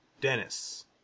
Dennis